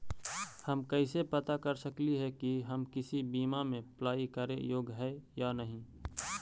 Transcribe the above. हम कैसे पता कर सकली हे की हम किसी बीमा में अप्लाई करे योग्य है या नही?